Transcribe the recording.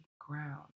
ground